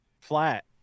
flat